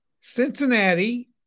Cincinnati